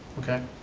okay,